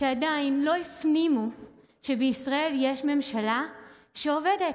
ועדיין לא הפנימו שבישראל יש ממשלה שעובדת,